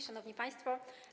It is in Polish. Szanowni Państwo!